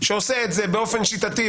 שעושה את זה באופן שיטתי,